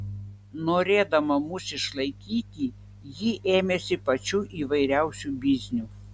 norėdama mus išlaikyti ji ėmėsi pačių įvairiausių biznių